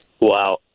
Wow